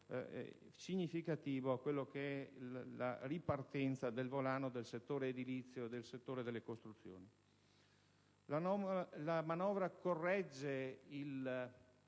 significativo alla ripartenza del volano del settore edilizio o del settore delle costruzioni. La manovra corregge